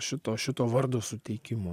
šito šito vardo suteikimo